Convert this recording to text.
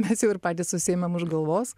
mes jau ir patys susiėmėm už galvos